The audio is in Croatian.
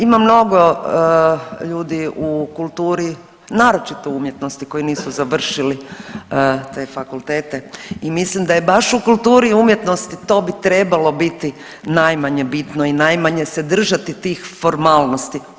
Ima mnogo ljudi u kulturi, naročito u umjetnosti koji nisu završili te fakultete i mislim da je baš u kulturi i umjetnosti to bi trebalo biti najmanje bitno i najmanje se držati tih formalnosti.